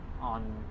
on